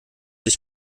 ich